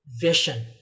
Vision